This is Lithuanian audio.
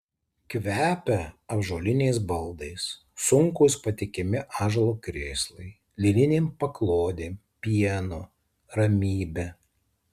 kvepia ąžuoliniais baldais sunkūs patikimi ąžuolo krėslai lininėm paklodėm pienu ramybe